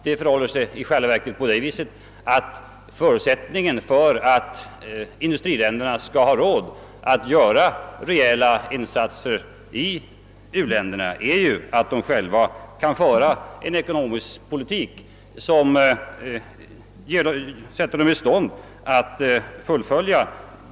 Det förhåller sig i själva verket på det sättet att förutsättningen för att industriländerna skall ha råd att göra rejäla insatser i u-länderna är att de själva kan föra en framgångsrik ekonomisk politik.